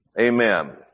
Amen